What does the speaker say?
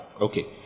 Okay